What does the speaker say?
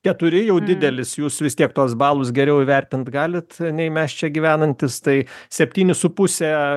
keturi jau didelis jūs vis tiek tuos balus geriau įvertint galit nei mes čia gyvenantys tai septyni su puse